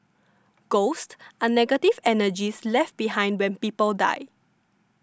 ghosts are negative energies left behind when people die